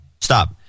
Stop